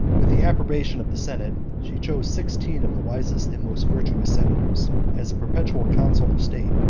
with the approbation of the senate, she chose sixteen of the wisest and most virtuous senators as a perpetual council of state,